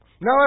now